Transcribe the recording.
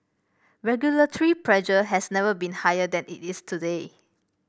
regulatory pressure has never been higher than it is today